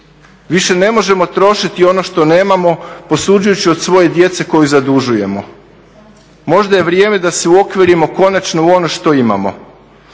Više ne možemo trošiti ono što nemamo posuđujući od svoje djece koju zadužujemo. Možda je vrijeme da se uokvirimo konačno u ono što imamo.